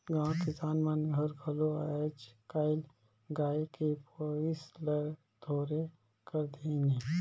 गाँव के किसान मन हर घलो आयज कायल गाय के पोसई ल थोरहें कर देहिनहे